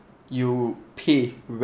you pay